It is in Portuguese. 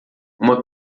uma